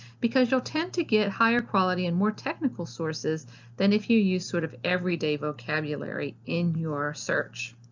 because you'll tend to get higher quality and more technical sources than if you use sort of everyday vocabulary in your search.